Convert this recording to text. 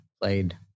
played